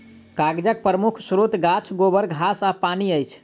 कागजक प्रमुख स्रोत गाछ, गोबर, घास आ पानि अछि